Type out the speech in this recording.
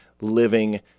living